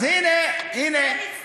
הנה, הנה